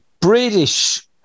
British